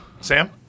Sam